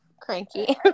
cranky